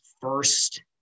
first